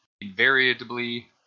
invariably